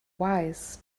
wise